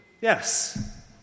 yes